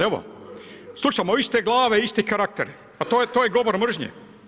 Evo slušamo iste glave, isti karakter, a to je govor mržnje.